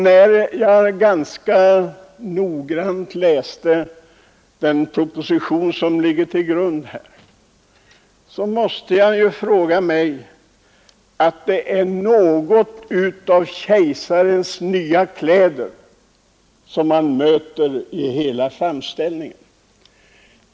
När jag ganska noggrant läste den proposition som ligger till grund för denna debatt, måste jag säga mig att det är något av Kejsarens nya kläder som man möter i hela framställningen.